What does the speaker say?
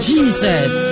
Jesus